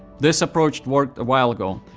this approach worked a while ago,